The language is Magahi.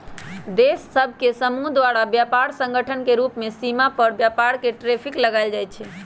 देश सभ के समूह द्वारा व्यापार संगठन के रूप में सीमा पार व्यापार पर टैरिफ लगायल जाइ छइ